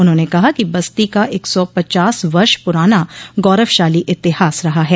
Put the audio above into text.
उन्होंने कहा कि बस्ती का एक सौ पचास वर्ष पुराना गौरवशाली इतिहास रहा है